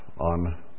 on